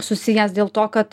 susijęs dėl to kad